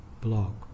blog